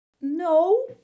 no